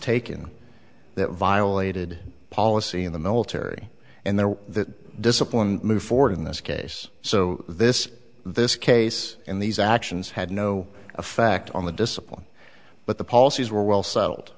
taken that violated policy in the military and there was that discipline move forward in this case so this this case in these actions had no effect on the discipline but the policies were well settled